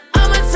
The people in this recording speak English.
I'ma